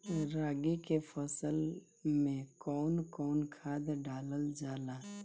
रागी के फसल मे कउन कउन खाद डालल जाला?